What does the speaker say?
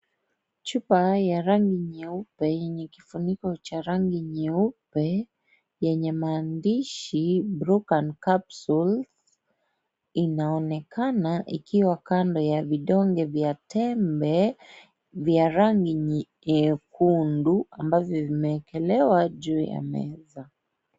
Chupa ya rangi nyeupe yenye kifuniko cha rangi nyeupe, yenye maandishi blueband capsule inaonekana ikiwa kando ya vidonge vya tembe vya rangi nyekundu ambavyo vimeekelewa juu ya meza.